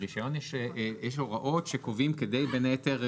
ברישיון יש הוראות שקובעים כדי בין היתר,